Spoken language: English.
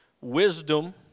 wisdom